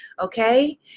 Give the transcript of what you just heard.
okay